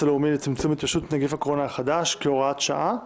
הלאומי לצמצום התפשטות נגיף הקורונה החדשה כהוראת שעה.